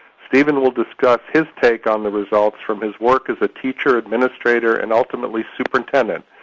steven will discuss his take on the results from his work as a teacher, administrator, and ultimately, superintendent,